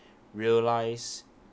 realise